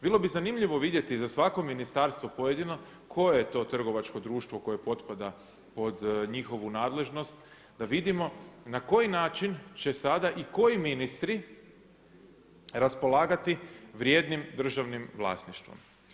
Bilo bi zanimljivo vidjeti za svako ministarstvo pojedino koje je to trgovačko društvo koje potpada pod njihovu nadležnost, da vidimo na koji način će sada i koji ministri raspolagati vrijednim državnim vlasništvom.